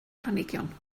planhigion